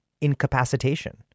incapacitation